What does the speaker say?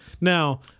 now